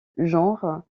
genre